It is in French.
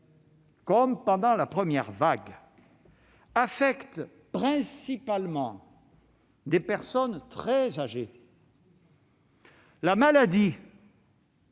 comme pendant la première vague, affecte principalement des personnes très âgées, la maladie